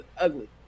ugly